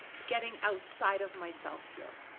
getting outside of myself here.